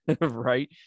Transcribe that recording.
Right